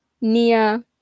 Nia